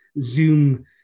Zoom